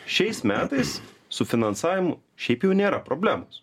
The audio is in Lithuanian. šiais metais su finansavimu šiaip jau nėra problemos